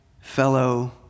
fellow